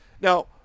Now